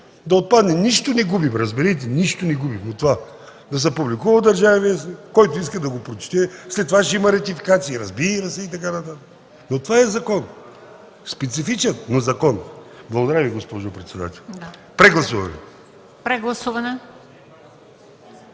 да отпадне, нищо не губим. Разберете, нищо не губим от това. Да се публикува в „Държавен вестник”, който иска да го прочете, след това ще има ратификации – разбий и развий и така нататък, но това е закон, специфичен, но закон. Благодаря Ви, госпожо председател. Прегласуване.